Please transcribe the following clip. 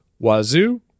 Wazoo